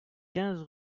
quinze